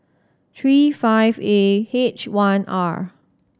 three five A H one R